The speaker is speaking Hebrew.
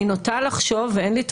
אני נוטה לחשוב, ואין לי את